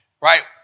Right